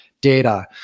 data